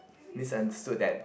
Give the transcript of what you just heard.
misunderstood that